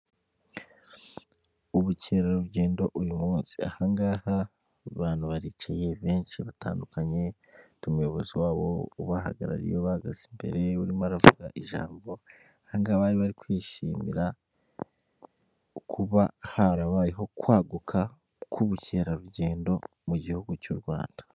Ubukerarugendo uyu munsi. Aha ngaha abantu baricaye benshi batandukanye, batumiye umuyobozi wabo ubahagarariye, ubahagaze imbere, urimo aravuga ijambo, aha ngaha bari bari kwishimira kuba harabayeho kwaguka k'ubukerarugendo mu gihugu cy'u Rwanda.